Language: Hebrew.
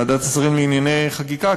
ועדת השרים לענייני חקיקה,